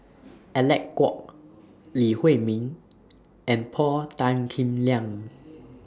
Alec Kuok Lee Huei Min and Paul Tan Kim Liang